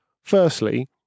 Firstly